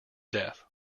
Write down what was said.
death